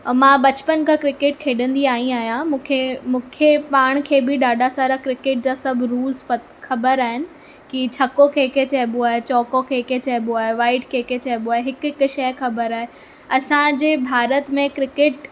ऐं मां बचपन खां क्रिकेट खेॾंदी आई आहियां मूंखे मूंखे पाण खे बि ॾाढा सारा क्रिकेट जा सभु रूल्स पता ख़बरु आहिनि की छको कंहिंखे चइबो आहे चौको कंहिंखे चइबो आहे वाइट कंहिंखे चइबो आहे हिकु हिकु शइ ख़बरु आहे असांजे भारत में क्रिकेट